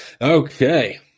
Okay